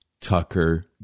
Tucker